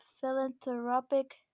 philanthropic